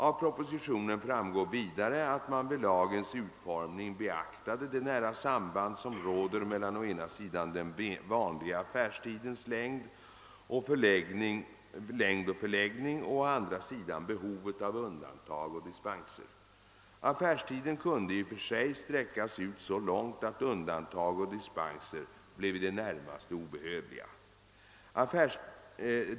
Av propositionen framgår vidare, att man vid lagens utformning beaktade det nära samband som råder mellan å ena sidan den vanliga affärstidens längd och förläggning och å andra sidan behovet av undantag och dispenser. Affärstiden kunde i och för sig sträckas ut så långt att undantag och dispenser blev i det närmaste obehövliga.